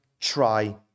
try